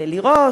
לראות,